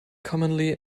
commonly